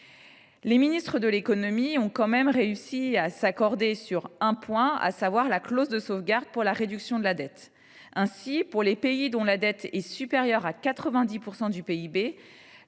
Les ministres de l’économie ont tout de même réussi à s’accorder sur un point : la clause de sauvegarde pour la réduction de la dette. Ainsi, pour les pays dont la dette est supérieure à 90 % du PIB,